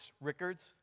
Rickards